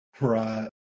Right